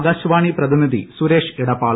ആകാശവാണി പ്രതിനിധി സുരേഷ് ഇടപ്പാൾ